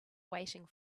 waiting